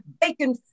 bacon